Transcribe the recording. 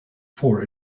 four